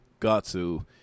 gatsu